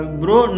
bro